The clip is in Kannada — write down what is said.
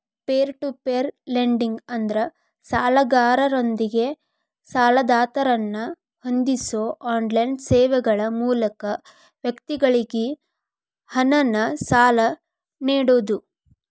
ಪೇರ್ ಟು ಪೇರ್ ಲೆಂಡಿಂಗ್ ಅಂದ್ರ ಸಾಲಗಾರರೊಂದಿಗೆ ಸಾಲದಾತರನ್ನ ಹೊಂದಿಸೋ ಆನ್ಲೈನ್ ಸೇವೆಗಳ ಮೂಲಕ ವ್ಯಕ್ತಿಗಳಿಗಿ ಹಣನ ಸಾಲ ನೇಡೋದು